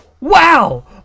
wow